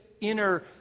inner